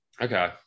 Okay